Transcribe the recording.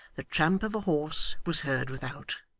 the tramp of a horse was heard without.